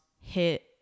hit